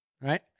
right